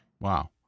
Wow